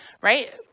right